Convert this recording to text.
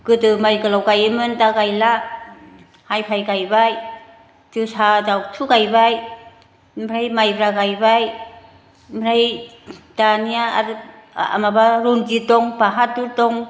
गोदो माइ गोलाव गायोमोन दा गायला हायफाय गायबाय जोसा दावख्लु गायबाय ओमफ्राय माइब्रा गायबाय ओमफ्राय दानिया आरो माबा रन्जित दं बाहादुर दं